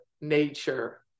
nature